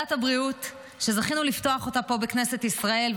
ועדת הבריאות, שזכינו לפתוח פה בכנסת ישראל.